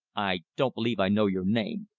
i don't believe i know your name?